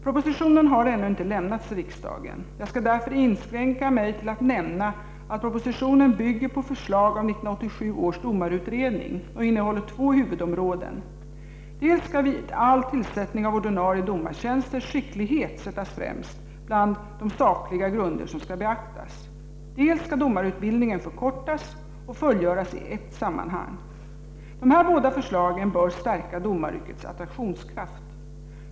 Propositionen har ännu inte lämnats till riksdagen. Jag skall därför inskränka mig till att nämna att propositionen bygger på förslag av 1987 års domarutredning och innehåller två huvudområden: dels skall vid all tillsättning av ordinarie domartjänster skickligheten sättas främst bland de sakliga grunder som skall beaktas, dels skall domarutbildningen förkortas och fullgöras i ett sammanhang. Dessa båda förslag bör stärka domaryrkets attraktionskraft.